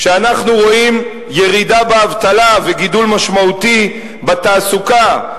כשאנחנו רואים ירידה באבטלה וגידול משמעותי בתעסוקה,